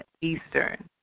Eastern